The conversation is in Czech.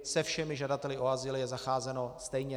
Se všemi žadateli o azyl je zacházeno stejně.